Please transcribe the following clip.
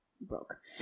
broke